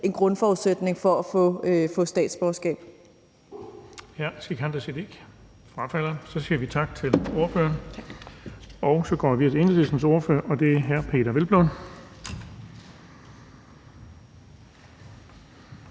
en grundforudsætning for at få statsborgerskab.